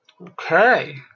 Okay